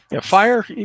Fire